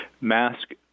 mask